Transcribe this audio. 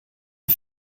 and